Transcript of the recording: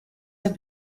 have